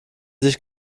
sich